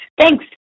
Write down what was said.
Thanks